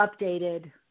updated